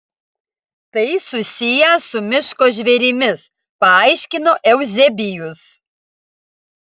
tai susiję su miško žvėrimis paaiškino euzebijus